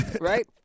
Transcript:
Right